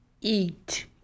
eat